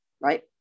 right